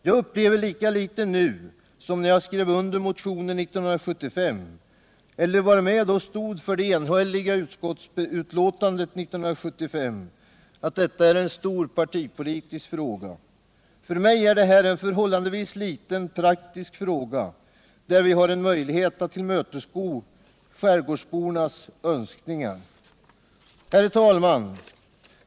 Jag anser lika litet nu som när jag skrev under motionen 1975 och stod bakom det enhälliga utskottsbetänkande 1975 att detta är en stor partipolitisk fråga. För mig är detta en förhållandevis liten, praktisk fråga, i vilken vi har möjlighet att tillmötesgå skärgårdsbornas önskningar. Herr talman!